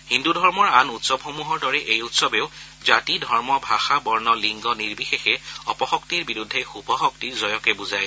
হিন্দু ধৰ্মৰ আন উৎসৱসমূহৰ দৰে এই উৎসৱেও জাতি ধৰ্ম ভাষা বৰ্ণ লিংগ নিৰ্বিশেষ অপশক্তিৰ বিৰুদ্ধে শুভশক্তিৰ জয়কে বুজায়